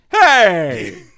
Hey